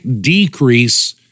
decrease